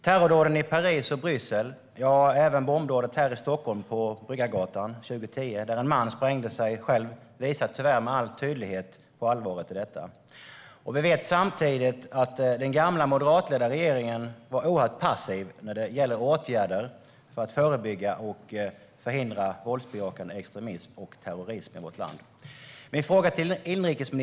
Terrordåden i Paris och Bryssel, även bombdådet i Stockholm på Bryggargatan 2010 där en man sprängde sig själv, visar tyvärr med all tydlighet allvaret i situationen. Vi vet samtidigt att den gamla moderatledda regeringen var oerhört passiv när det gäller åtgärder för att förebygga och förhindra våldsbejakande extremism och terrorism i vårt land.